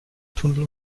tunnel